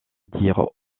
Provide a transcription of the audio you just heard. dire